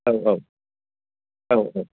औ औ औ औ